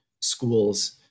schools